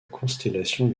constellation